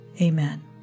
Amen